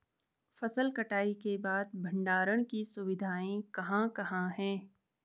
फसल कटाई के बाद भंडारण की सुविधाएं कहाँ कहाँ हैं?